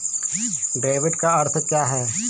Debit का अर्थ क्या है?